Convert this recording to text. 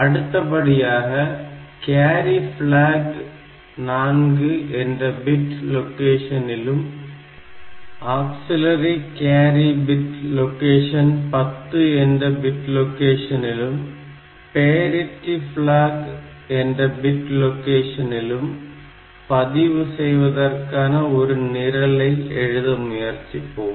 அடுத்தபடியாக carry block 4 என்ற bit லொகேஷனிலும் ஆக்சில்லரி கியாரி பிட் லொகேஷன் 10 என்ற பிட் லொகேஷனிலும் பேரிட்டி ப்ளாக் 22H என்ற பிட் லொகேஷனிலும் பதிவு செய்வதற்கான ஒரு நிரலை எழுத முயற்சிப்போம்